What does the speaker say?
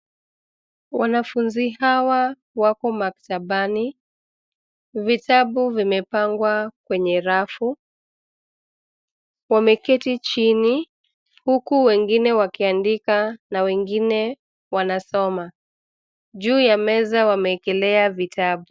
Wanafunzi hawa wako maktabani. Vitabu vimepangwa kwenye rafu. Wameketi chini, huku wengine wakiandika, na wengine wanasoma. Juu ya meza wameekelea vitabu.